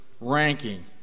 ranking